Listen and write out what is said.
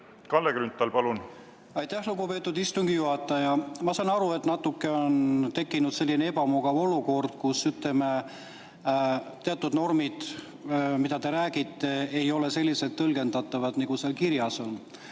Kalle Grünthal, palun! Aitäh, lugupeetud istungi juhataja! Ma saan aru, et on tekkinud selline natuke ebamugav olukord, kus, ütleme, teatud normid, millest te räägite, ei ole selliselt tõlgendatavad, nagu seal kirjas on.